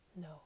No